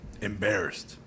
embarrassed